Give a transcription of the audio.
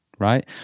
Right